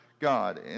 God